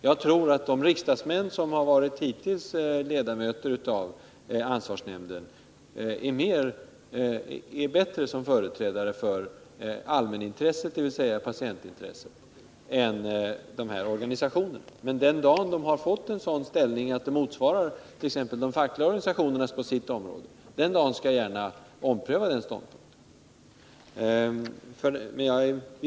Jag tror att de riksdagsmän som hittills varit ledamöter av ansvarsnämnden är bättre som företrädare för allmänintresset, dvs. patientintresset, än de organisationerna. Men den dag de har fått en sådan ställning som motsvarar t.ex. vad de fackliga organisationerna har på sitt område skall jag gärna ompröva den ståndpunkten.